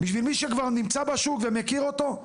בשביל מי שכבר נמצא בשוק ומכיר אותו?